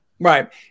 right